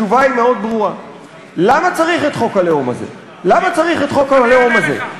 התשובה היא מאוד ברורה: למה צריך את חוק הלאום הזה?